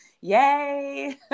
yay